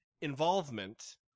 involvement